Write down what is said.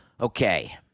Okay